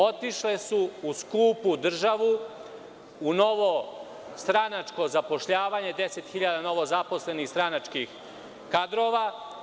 Otišle su u skupu državu, u novo stranačko zapošljavanje; 10.000 novozaposlenih stranačkih kadrova.